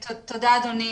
תודה, אדוני.